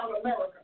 America